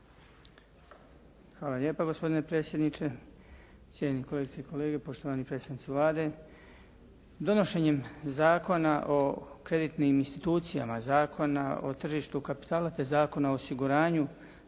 Hvala lijepa gospodine predsjedniče. Cijenjeni kolegice i kolege, poštovani predstavnici Vlade. Donošenjem Zakona o kreditnim institucijama, Zakona o tržištu kapitala te Zakona o osiguranju,